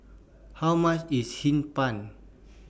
How much IS Hee Pan